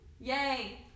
Yay